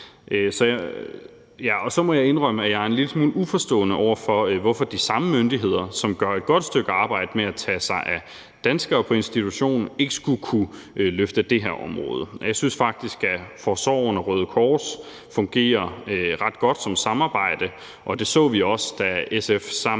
Så må jeg indrømme, at jeg er en lille smule uforstående over for, hvorfor de samme myndigheder, som gør et godt stykke arbejde med at tage sig af danskere på institution, ikke skulle kunne løfte det her område. Jeg synes faktisk, at forsorgen og Røde Kors fungerer ret godt som samarbejde, og det så vi også, da SF sammen